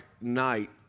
night